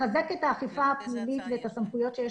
לחזק את האכיפה הפנימית ואת הסמכויות שיש